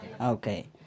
Okay